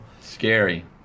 Scary